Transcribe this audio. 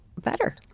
better